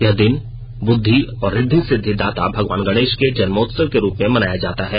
यह दिन बुद्धि और ऋद्वि सिद्धि दाता भगवान गणेश के जन्मोत्सव के रूप में मनाया जाता है